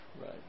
Right